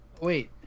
Wait